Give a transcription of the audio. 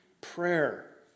Prayer